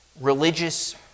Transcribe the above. religious